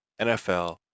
NFL